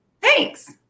Thanks